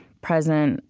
present.